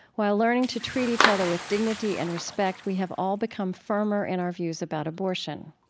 while learning to treat each other with dignity and respect, we have all become firmer in our views about abortion.